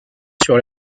sur